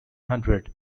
hundred